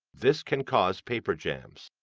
this can cause paper jams.